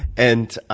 and